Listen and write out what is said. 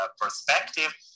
perspective